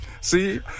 see